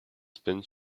spin